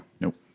Nope